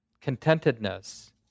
Contentedness